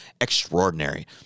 extraordinary